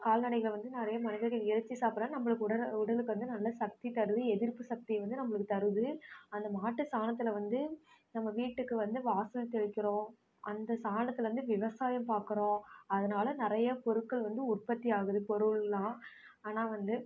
கால்நடைகளை வந்து நிறைய மனிதர்கள் இறைச்சி சாப்பிட்றாங்க நம்மளுக்கு உட உடலுக்கு வந்து நல்ல சக்தி தருது எதிர்ப்பு சக்தியை வந்து நம்மளுக்கு தருது அந்த மாட்டுச் சாணத்தில் வந்து நம்ம வீட்டுக்கு வந்து வாசல் தெளிக்கிறோம் அந்த சாணத்தில் வந்து விவசாயம் பார்க்குறோம் அதனால் நிறைய பொருட்கள் வந்து உற்பத்தி ஆகுது பொருள்லாம் ஆனால் வந்து